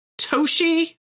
Toshi